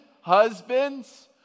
Husbands